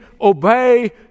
obey